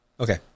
Okay